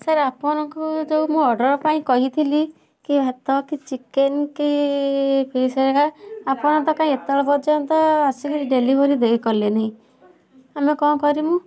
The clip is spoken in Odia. ସାର ଆପଣଙ୍କୁ ଯେଉଁ ମୁଁ ଅର୍ଡ଼ର ପାଇଁ କହିଥିଲି କି ଭାତ କି ଚିକେନ କି ପିସ ହରିଆ ଆପଣ ତ କାଇଁ ଏତୋଳ ପର୍ଯ୍ୟନ୍ତ ଆସିକି ଡେଲିଭରି ଦେଇ କଲେ ନେହିଁ ଆମେ କ'ଣ କରିମୁ